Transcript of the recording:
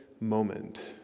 moment